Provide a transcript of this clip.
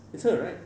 it's her right